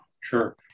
Sure